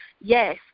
Yes